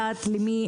דרמטית,